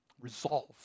Resolve